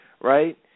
right